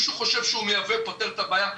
שחושב שהוא מייבא הוא פותר את הבעיה,